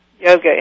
yoga